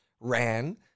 ran